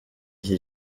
iki